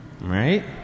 right